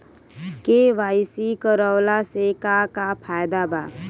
KYC करवला से का का फायदा बा?